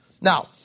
Now